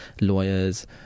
lawyers